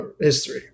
history